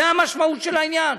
זו המשמעות של העניין.